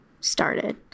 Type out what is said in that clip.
started